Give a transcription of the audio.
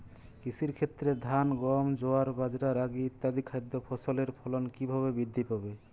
কৃষির ক্ষেত্রে ধান গম জোয়ার বাজরা রাগি ইত্যাদি খাদ্য ফসলের ফলন কীভাবে বৃদ্ধি পাবে?